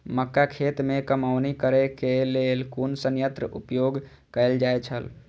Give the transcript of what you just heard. मक्का खेत में कमौनी करेय केय लेल कुन संयंत्र उपयोग कैल जाए छल?